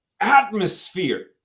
atmosphere